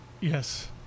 Yes